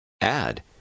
Add